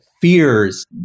fears